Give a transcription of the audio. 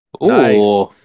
Nice